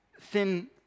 thin